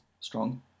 strong